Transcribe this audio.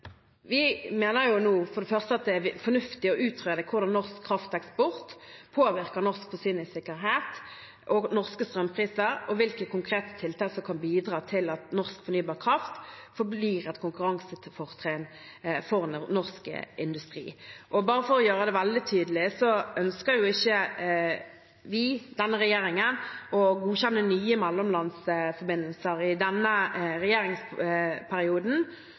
Vi mener for det første at det er fornuftig å utrede hvordan norsk krafteksport påvirker norsk forsyningssikkerhet og norske strømpriser, og hvilke konkrete tiltak som kan bidra til at norsk fornybar kraft forblir et konkurransefortrinn for norsk industri. Bare for å gjøre det veldig tydelig: Denne regjeringen ønsker ikke å godkjenne nye mellomlandsforbindelser i denne regjeringsperioden,